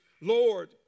Lord